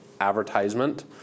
advertisement